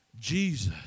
Jesus